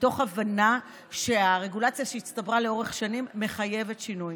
ומתוך הבנה שהרגולציה שהצטברה לאורך השנים מחייבת שינוי.